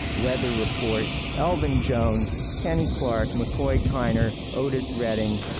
weather report, elvin jones, kenny clark, mccoy tyner, otis redding,